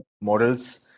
models